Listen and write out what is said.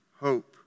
hope